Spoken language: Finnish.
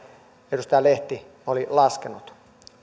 edustaja lehti oli laskenut